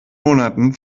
monaten